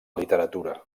literatura